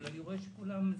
אבל אני רואה שכולם חיוביים,